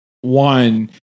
one